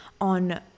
on